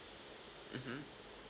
mmhmm